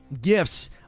gifts